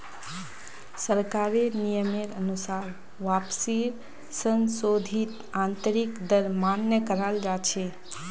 सरकारेर नियमेर अनुसार वापसीर संशोधित आंतरिक दर मान्य कराल जा छे